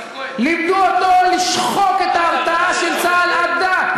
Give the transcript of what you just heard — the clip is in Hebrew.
לימדו אותו לשחוק את ההרתעה של צה"ל עד דק,